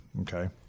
Okay